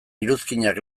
iruzkinak